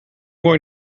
going